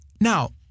Now